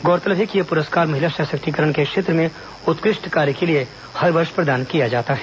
गौरतलब है कि यह पुरस्कार महिला सशक्तिकरण के क्षेत्र में उत्कृष्ट कार्य के लिए हर वर्ष प्रदान किया जाता है